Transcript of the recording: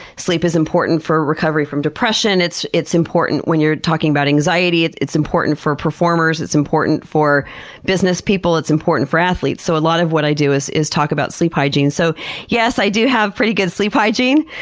sleep is important for recovery from depression. it's it's important when you're talking about anxiety. it's it's important for performers. it's important for business people. it's important for athletes. so a lot of what i do is is talk about sleep hygiene, so yes, i do have pretty good sleep hygiene.